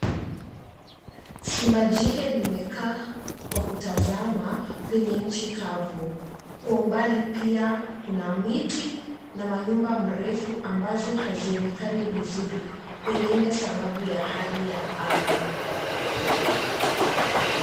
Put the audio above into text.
Simba jike limekaa kwa kutazama kwenye nchi kavu, kwa umbali pia kuna miti na manyumba mrefu ambazo hazionekani vizuri sababu pengine ya hali ya anga.